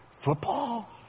Football